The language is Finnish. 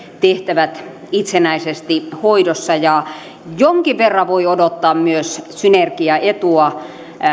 tehtävät itsenäisesti hoidossa jonkin verran voi odottaa myös synergiaetua